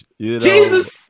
Jesus